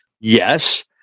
Yes